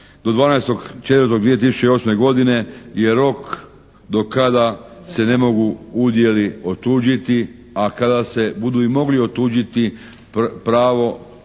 do 12.4.2008. godine je rok do kada se ne mogu udjeli otuđiti, a kada se budu i mogli otuđiti pravo i